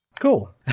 Cool